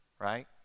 right